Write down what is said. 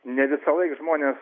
ne visąlaik žmonės